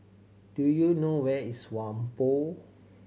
do you know where is Whampoa